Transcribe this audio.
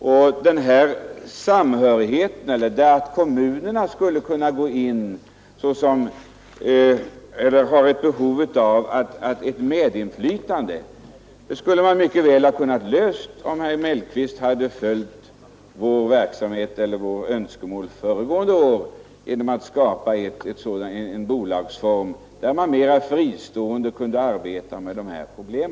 Man skulle mycket väl ha kunnat lösa frågan om kommunernas behov av medinflytande om herr Mellqvist — och riksdagen — hade tillgodosett våra önskemål föregående år genom att skapa en bolagsform där man mer fristående hade kunnat arbeta med dessa problem.